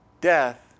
death